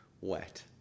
wet